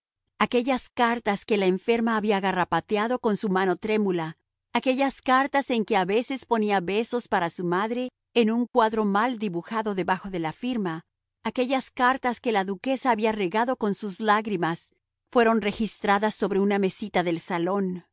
aquellas cartas que la enferma había garrapateado con su mano trémula aquellas cartas en que a veces ponía besos para su madre en un cuadro mal dibujado debajo de la firma aquellas cartas que la duquesa había regado con sus lágrimas fueron registradas sobre una mesita del salón